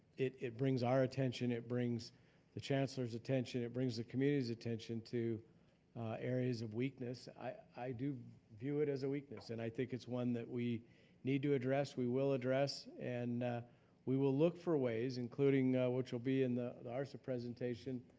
it it brings our attention, it brings the chancellor's attention, it brings the community's attention to areas of weakness. i do view it as a weakness. and i think it's one that we need to address, we will address, and we will look for ways including which will be in, there are some presentation,